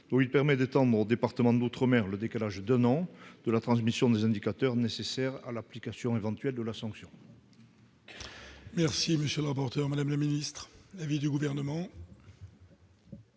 de permettant, mon département d'outre-mer, le décalage de la transmission des indicateurs nécessaires à l'application éventuelle de la sanction.